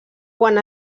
quan